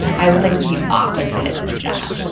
i was like the opposite of that.